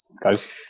guys